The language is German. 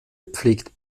pflegt